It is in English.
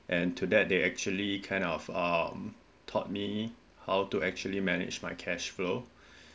and to that they actually kind of um taught me how to actually manage my cash flow